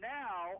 now